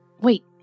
Wait